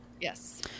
Yes